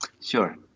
Sure